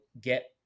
get